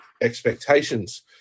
expectations